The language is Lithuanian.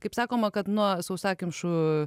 kaip sakoma kad nuo sausakimšų